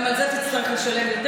גם על זה תצטרך לשלם יותר,